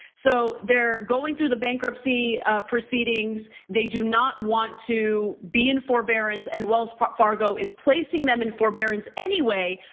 so they're going through the bankruptcy proceedings, they do not want to be in forbearance and wells fargo is placing them in forbearance anyway,